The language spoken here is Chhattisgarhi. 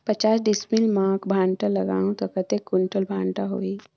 पचास डिसमिल मां भांटा लगाहूं ता कतेक कुंटल भांटा होही?